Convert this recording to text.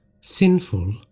sinful